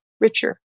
richer